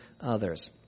others